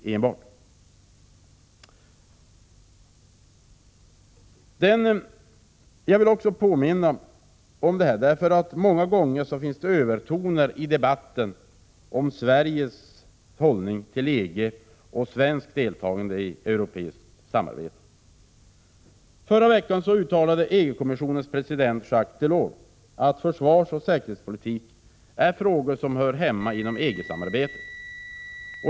Jag har velat säga detta, därför att det i debatten många gånger hörs övertoner om Sveriges hållning till EG och svenskt deltagande i europeiskt samarbete. Förra veckan uttalade EG-kommissionens president Jacques Delors att försvarsoch säkerhetspolitik är frågor som hör hemma inom EG-samarbetet.